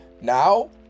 now